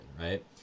right